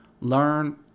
learn